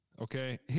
okay